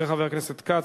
אחרי חבר הכנסת כץ,